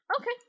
Okay